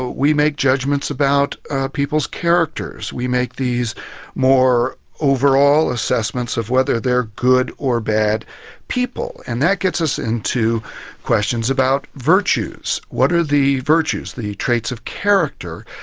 we make judgments about people's characters, we make these more overall assessments of whether they're good or bad people. and that gets us into questions about virtues. what are the virtues, the traits of character,